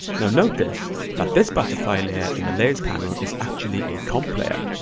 now notice that this butterfly layer in the layers panel is actually a comp layer.